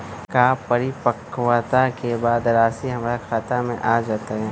का परिपक्वता के बाद राशि हमर खाता में आ जतई?